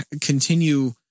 continue